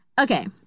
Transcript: Okay